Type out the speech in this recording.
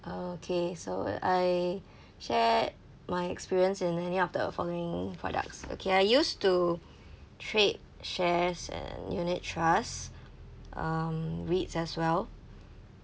okay so I share my experience in any of the following products okay I used to trade shares and unit trusts um REITS as well